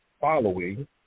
following